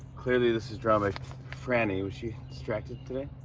clearly, this was drawn by frannie. was she distracted today?